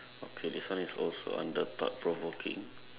okay this one is also under thought provoking